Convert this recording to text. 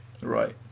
Right